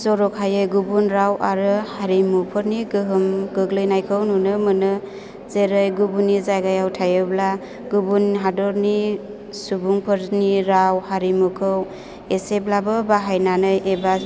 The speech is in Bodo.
जर'खायै गुबुन राव आरो हारिमुफोरनि गोहोम गोग्लैनायखौ नुनो मोनो जेरै गुबुननि जायगायाव थायोब्ला गुबुन हादरनि सुबुंनिफोरनि राव हारिमुखौ एसेब्लाबो बाहायनानै एबा